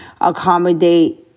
accommodate